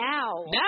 Now